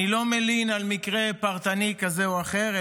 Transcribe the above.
אני לא מלין על מקרה פרטני כזה או אחר,